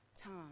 time